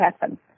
happen